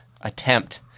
attempt